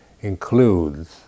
includes